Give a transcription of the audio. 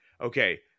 okay